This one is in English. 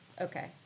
Okay